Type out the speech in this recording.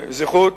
זכות.